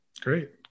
Great